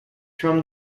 from